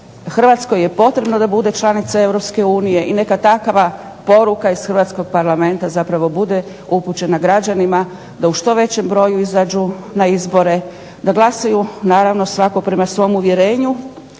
Hrvatskoj je potrebno da bude članicom Europske unije i neka takva poruka bude iz Hrvatskog parlamenta, bude upućena građanima da u što većem broju izađu na izbore, da glasaju svatko prema svom uvjerenju